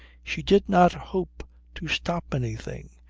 she did not hope to stop anything.